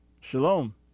Shalom